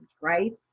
right